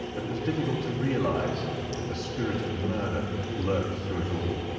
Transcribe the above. that it was difficult to realize that the spirit of murder lurked through it all.